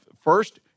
First